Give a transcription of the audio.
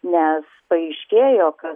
nes paaiškėjo kad